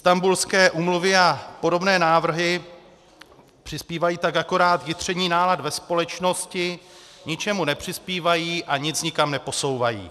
Istanbulské úmluvy a podobné návrhy přispívají tak akorát k jitření nálad ve společnosti, ničemu nepřispívají a nic nikam neposouvají.